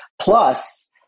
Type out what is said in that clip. Plus